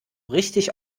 richtig